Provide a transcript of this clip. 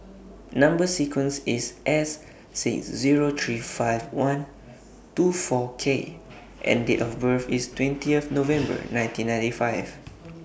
Number sequence IS S six Zero three five one two four K and Date of birth IS twentieth November nineteen ninety five